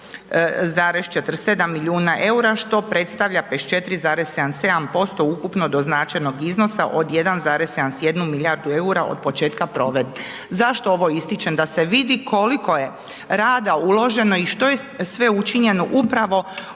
937,47 milijuna EUR-a što predstavlja 54,77% ukupno doznačenog iznosa od 1,71 milijardu EUR-a od početka provedbe. Zašto ovo ističem? Da se vidi koliko je rada uloženo i što je sve učinjeno upravo u ovom